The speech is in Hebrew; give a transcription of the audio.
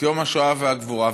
את יום השואה והגבורה.